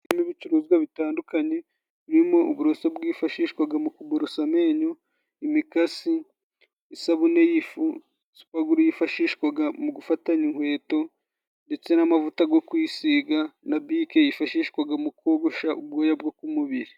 Hari ibicuruzwa bitandukanye birimo uburoso bwifashishwaga mu kuborosa amenyo, imikasi, isabune y'ifu, supaguru yifashishwaga mu gufatanya inkweto ndetse n'amavuta go kuyisiga na bike yifashishwaga mu kogosha ubwoya bwo ku mubiri.